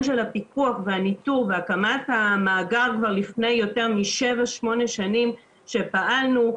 של הפיקוח והניתוב והקמת המאגר כבר לפני יותר מ-7-8 שנים שפעלנו,